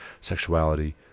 sexuality